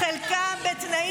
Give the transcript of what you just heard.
בסדר.